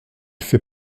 fait